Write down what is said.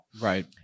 Right